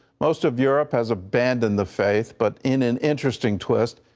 most of europe has abandoned the faith, but in an interesting twist,